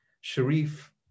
Sharif